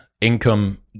income